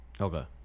Okay